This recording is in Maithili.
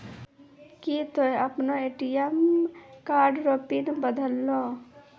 की तोय आपनो ए.टी.एम कार्ड रो पिन बदलहो